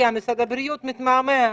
כי משרד הבריאות מתמהמה.